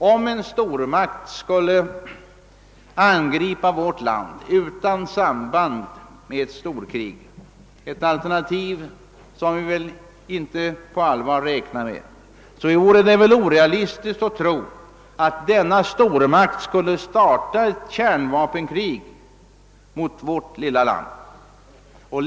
Om en stormakt skulle angripa vårt land utan samband med ett storkrig — ett alternativ som vi väl inte på allvar räknar med — vore det orealistiskt att tro att denna stormakt skulle starta ett kärnvapenkrig mot vårt lilla land.